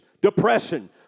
depression